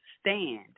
Stand